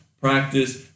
Practice